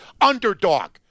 underdog